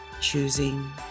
choosing